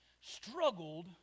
struggled